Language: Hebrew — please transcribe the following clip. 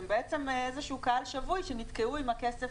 הם בעצם איזשהו קהל שבוי שנתקע עם הכסף